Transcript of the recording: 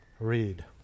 Read